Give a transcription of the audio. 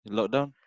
Lockdown